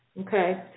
Okay